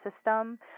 system